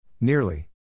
Nearly